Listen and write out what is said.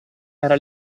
era